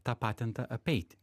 tą patentą apeiti